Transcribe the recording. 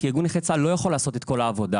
כי ארגון נכי צה"ל לא יכול לעשות את כל העבודה.